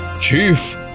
Chief